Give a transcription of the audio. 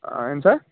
ಆಂ ಏನು ಸರ್